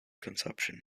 consumption